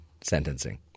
sentencing